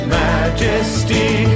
majesty